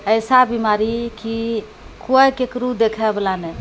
अइसा बीमारी कि कोइ ककरो देखैवला नहि